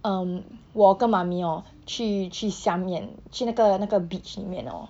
um 我跟妈咪 hor 去去下面去那个那个 beach 里面 hor